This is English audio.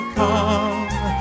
come